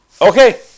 okay